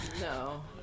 No